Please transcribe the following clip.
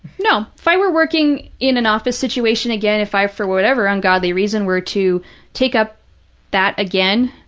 no. if i were working in an office situation again, if i, for whatever ungodly reason, were to take up that again,